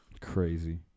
crazy